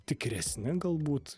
tikresni galbūt